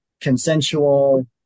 consensual